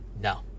No